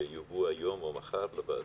שיובאו היום או מחר לוועדה,